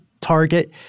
Target